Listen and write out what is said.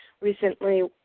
recently